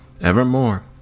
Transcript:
evermore